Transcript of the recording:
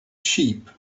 sheep